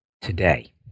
today